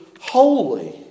holy